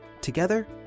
Together